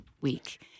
Week